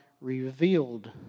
revealed